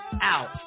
out